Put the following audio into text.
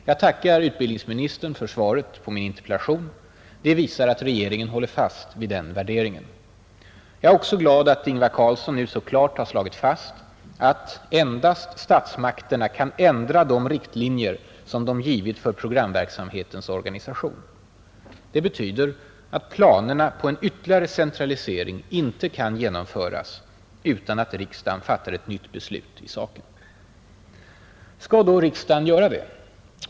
Jag tackar utbildningsministern för svaret på min interpellation; det visar att regeringen håller fast vid den värderingen. Jag är också glad över att Ingvar Carlsson nu så klart har slagit fast att ”endast statsmakterna kan ändra de riktlinjer som de givit för programverksamhetens organisation”. Det betyder att planerna på en ytterligare centralisering inte kan genomföras utan att riksdagen fattar ett nytt beslut i saken. Skall då riksdagen göra det?